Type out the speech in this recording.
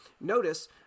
Notice